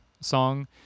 song